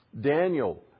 Daniel